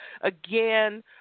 Again